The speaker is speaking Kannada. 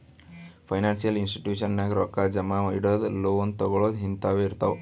ಫೈನಾನ್ಸಿಯಲ್ ಇನ್ಸ್ಟಿಟ್ಯೂಷನ್ ನಾಗ್ ರೊಕ್ಕಾ ಜಮಾ ಇಡದು, ಲೋನ್ ತಗೋಳದ್ ಹಿಂತಾವೆ ಇರ್ತಾವ್